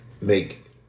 make